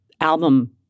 album